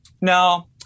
no